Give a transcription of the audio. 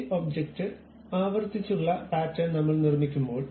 ഈ ഒബ്ജക്റ്റ് ആവർത്തിച്ചുള്ള പാറ്റേൺ നമ്മൾ നിർമ്മിക്കുമ്പോൾ